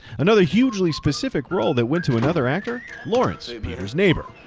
another hugely specific role that went to another actor, lawrence, peter's neighbor.